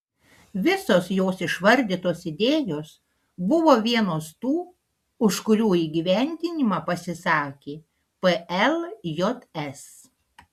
visos jos išvardytos idėjos buvo vienos tų už kurių įgyvendinimą pasisakė pljs